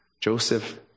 Joseph